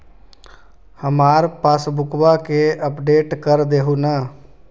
हमार पासबुकवा के अपडेट कर देहु ने?